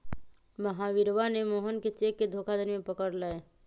महावीरवा ने मोहन के चेक के धोखाधड़ी में पकड़ लय